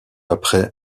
après